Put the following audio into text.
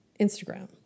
Instagram